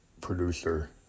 producer